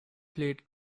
played